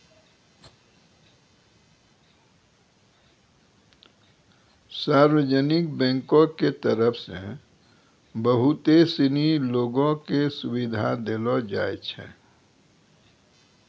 सार्वजनिक बैंको के तरफ से बहुते सिनी लोगो क सुविधा देलो जाय छै